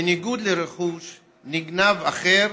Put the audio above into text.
בניגוד לרכוש נגנב אחר,